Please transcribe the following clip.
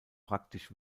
praktisch